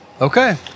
Okay